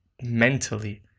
mentally